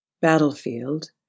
battlefield